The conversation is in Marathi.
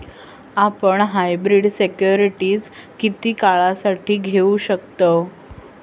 आपण हायब्रीड सिक्युरिटीज किती काळासाठी घेऊ शकतव